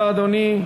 הנני מתכבדת